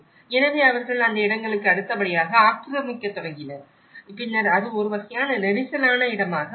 எனவே அவர்கள் அந்த இடங்களுக்கு அடுத்தபடியாக ஆக்கிரமிக்கத் தொடங்கினர் பின்னர் அது ஒரு வகையான நெரிசலான இடமாக மாறும்